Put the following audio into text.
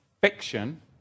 fiction